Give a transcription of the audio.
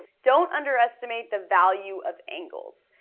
don't underestimate the value of angles.